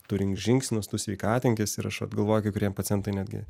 tu rink žingsnius tu sveikatinkis ir aš vat galvoju kai kurie pacientai netgi